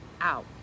out